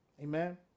Amen